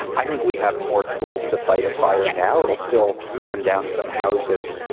i think we have more tools to fight a fire now. it'll still burn down some houses,